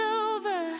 over